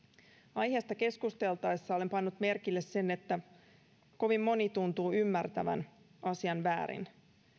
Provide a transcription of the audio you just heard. aiheesta keskusteltaessa olen pannut merkille sen että kovin moni tuntuu ymmärtävän asian väärin